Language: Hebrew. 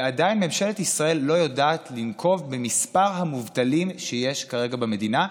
ועדיין ממשלת ישראל לא יודעת לנקוב במספר המובטלים שיש כרגע במדינה.